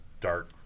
dark